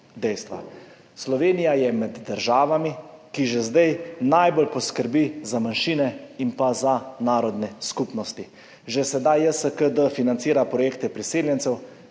Slovenija je med državami, ki že zdaj najbolj poskrbi za manjšine in za narodne skupnosti. Že sedaj JSKD financira projekte priseljencev